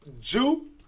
Jew